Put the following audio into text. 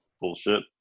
bullshit